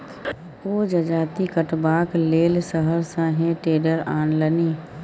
ओ जजाति कटबाक लेल शहर सँ हे टेडर आनलनि